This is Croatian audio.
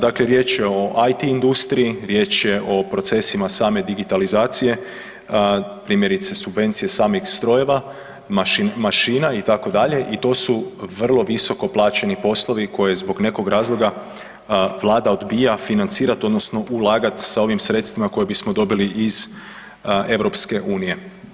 Dakle, riječ je o IT industriji, riječ je o procesima same digitalizacije, primjerice subvencije samih strojeva, mašina itd. i to su vrlo visoko plaćeni poslovi koje zbog nekog razloga Vlada odbija financirat odnosno ulagat sa ovim sredstvima koje bismo dobili iz EU.